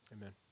Amen